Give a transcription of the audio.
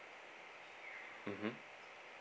mmhmm